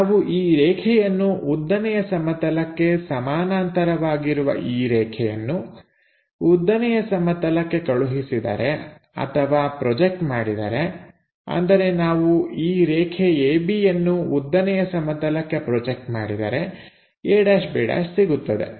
ನಾವು ಈ ರೇಖೆಯನ್ನು ಉದ್ದನೆಯ ಸಮತಲಕ್ಕೆ ಸಮಾನಾಂತರವಾಗಿರುವ ಈ ರೇಖೆಯನ್ನು ಉದ್ದನೆಯ ಸಮತಲಕ್ಕೆ ಕಳುಹಿಸಿದರೆ ಅಥವಾ ಪ್ರೊಜೆಕ್ಟ್ ಮಾಡಿದರೆ ಅಂದರೆ ನಾವು ಈ ರೇಖೆ AB ಯನ್ನು ಉದ್ದನೆಯ ಸಮತಲಕ್ಕೆ ಪ್ರೊಜೆಕ್ಟ್ ಮಾಡಿದರೆ a'b' ಸಿಗುತ್ತದೆ